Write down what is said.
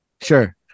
Sure